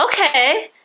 okay